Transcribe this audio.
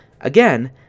Again